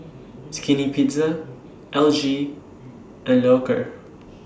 Skinny Pizza L G and Loacker